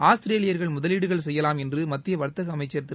ஆஸ்திரேலியர்கள் முதவீடுகள் செய்யலாம் என்று மத்திய வர்த்தக அமைச்சர் திரு